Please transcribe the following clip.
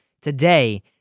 today